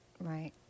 Right